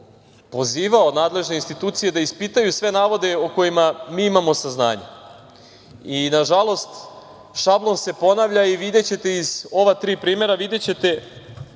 pozivao nadležne institucije da ispitaju sve navode o kojima mi imamo saznanja. Na žalost, šablon se ponavlja i videćete iz ova tri primera, koliko u